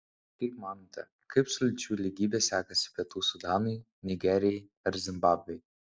kaip manote kaip su lyčių lygybe sekasi pietų sudanui nigerijai ar zimbabvei